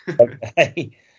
Okay